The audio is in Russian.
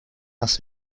нас